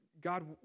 God